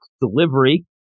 delivery